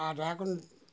আর এখন